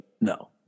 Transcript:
no